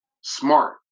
smart